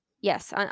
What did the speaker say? yes